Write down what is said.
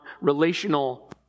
relational